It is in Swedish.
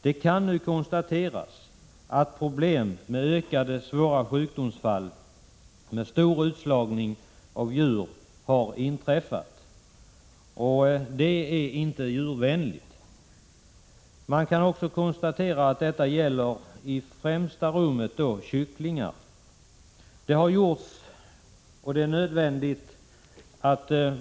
Det kan konstateras att problem med ökade, svåra sjukdomsfall och stor utslagning av djur har inträffat. Det är inte djurvänligt. Man kan också konstatera att detta gäller i främsta rummet kycklingar.